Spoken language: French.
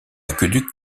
aqueduc